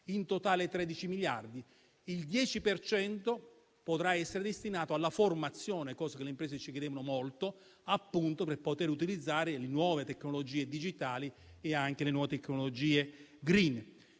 In totale sono 13 miliardi. Il 10 per cento potrà essere destinato alla formazione, cosa che le imprese ci chiedevano molto, per poter utilizzare le nuove tecnologie digitali e le nuove tecnologie *green*.